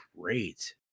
great